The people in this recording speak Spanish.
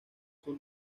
sur